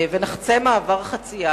וגם כשנחצה כביש במעבר חצייה,